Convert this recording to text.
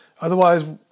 Otherwise